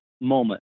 moment